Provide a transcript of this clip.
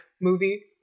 movie